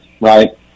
right